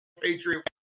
Patriot